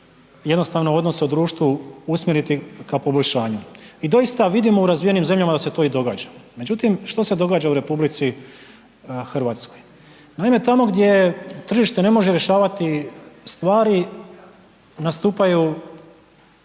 jednostavno odnose u društvu usmjeriti ka poboljšanju. I doista vidimo u razvijenim zemljama da se to i događa. Međutim, što se događa u RH? Naime, tamo gdje tržište ne može rješavati stvari nastupaju